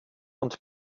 und